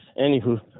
Anywho